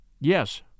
Yes